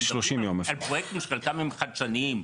על פרויקטים חדשניים.